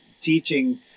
teaching